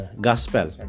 gospel